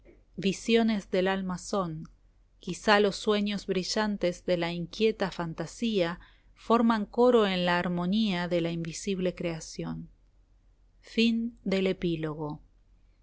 visiones del alma son quizá los sueños brillantes de la inquieta fantasía forman coro en la armonía de la invisible creación